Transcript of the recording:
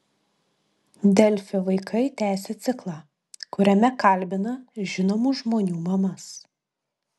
delfi vaikai tęsia ciklą kuriame kalbina žinomų žmonių mamas